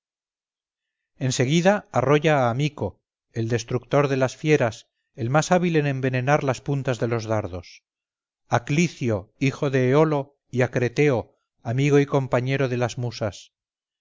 en seguida arrolla a amico el destructor de las fieras el más hábil en envenenar las puntas de los dardos a clicio hijo de eolo y a creteo amigo y compañero de las musas